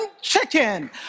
chicken